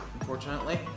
Unfortunately